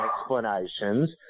explanations